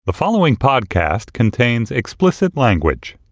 the following podcast contains explicit language